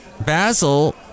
Basil